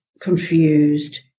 confused